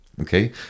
Okay